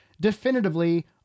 definitively